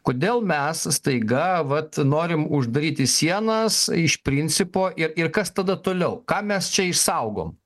kodėl mes staiga vat norim uždaryti sienas iš principo ir ir kas tada toliau ką mes čia išsaugom